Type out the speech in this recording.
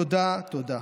תודה.